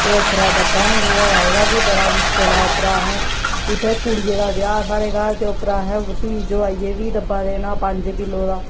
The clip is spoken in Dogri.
ते उप्परा डब्बा नेईं थ्होआ दा एह्दा बी बडा मुश्कल ऐ उप्परा असें इत्थै कुतै कुड़िया दा ब्याह् साढ़े घर ते उप्परा असें उसी जुआइयै बी डब्बा देना पंज किल्लो दा